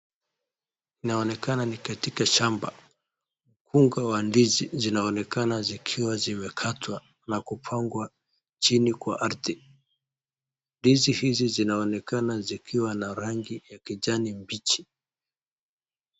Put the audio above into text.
Inaonekana ni katika shamba, ungo wa ndizi zinaonekana zikiwa zimekatwa na kupangwa chini kwa ardhi ,ndizi hizi zinaonekana zikiwa na rangi ya kijani kibichi.